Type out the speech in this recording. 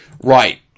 Right